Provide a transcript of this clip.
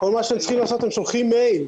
כל מה שהם צריכים לעשות הם שולחים מייל,